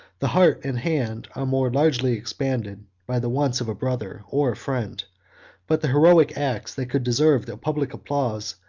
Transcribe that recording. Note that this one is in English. the heart and hand are more largely expanded by the wants of a brother or a friend but the heroic acts that could deserve the public applause,